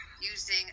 using